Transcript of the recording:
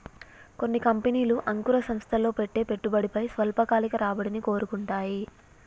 కొన్ని కంపెనీలు అంకుర సంస్థల్లో పెట్టే పెట్టుబడిపై స్వల్పకాలిక రాబడిని కోరుకుంటాయి